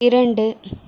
இரண்டு